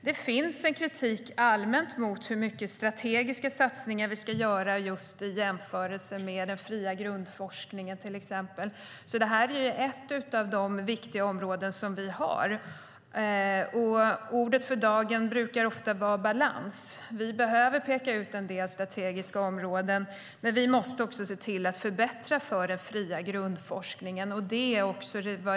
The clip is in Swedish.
Det finns allmänt en kritik mot hur mycket strategiska satsningar vi ska göra just i jämförelse med till exempel den fria grundforskningen, så det här är ett av de viktiga områden vi har. Ordet för dagen brukar ofta vara balans. Vi behöver peka ut en del strategiska områden, men vi måste också förbättra för den fria grundforskningen.